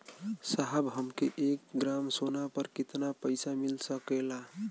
साहब हमके एक ग्रामसोना पर कितना पइसा मिल सकेला?